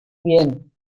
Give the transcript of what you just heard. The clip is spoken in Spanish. bien